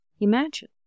imagine